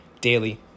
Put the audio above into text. daily